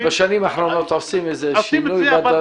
בשנים האחרונות עושים שינוי כלשהו.